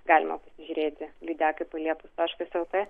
galima žiūrėti lydekai paliepus taškas el t